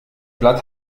blatt